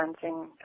fencing